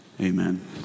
amen